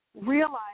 realize